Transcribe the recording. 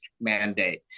mandate